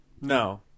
no